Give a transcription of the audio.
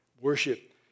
Worship